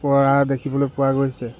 পৰা দেখিবলৈ পোৱা গৈছে